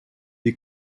est